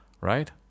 Right